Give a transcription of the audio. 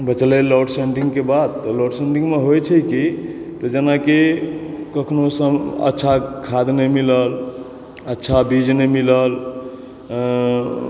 बचले लौड सेंडिंग के बात तऽ लौड सेंडिंग मे होइ छै की तऽ जेनाकि कखनो सन अच्छा खाद नहि मिलल अच्छा बीज नहि मिलल